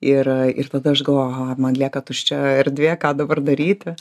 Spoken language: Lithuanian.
ir ir tada aš galvoju aha man lieka tuščia erdvė ką dabar daryti